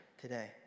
today